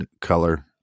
color